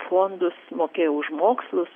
fondus mokėjo už mokslus